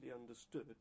understood